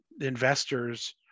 investors